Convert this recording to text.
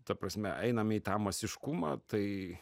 ta prasme einame į tą masiškumą tai